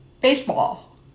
baseball